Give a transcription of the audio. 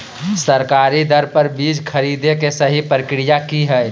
सरकारी दर पर बीज खरीदें के सही प्रक्रिया की हय?